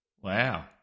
Wow